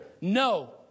No